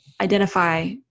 identify